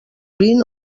vint